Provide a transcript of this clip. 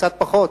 קצת פחות,